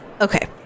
Okay